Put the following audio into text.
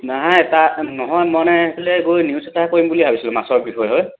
নহয় তাত নহয় মানে আচলতে গৈ নিউজ এটা কৰিম বুলি ভাবিছিলোঁ মাছৰ বিষয় হয়